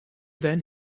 than